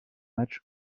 match